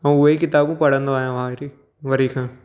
ऐं उहे ई किताबूं पढ़ंदो आहियां मां वरी वरी खां